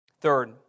Third